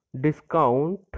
discount